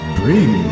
bring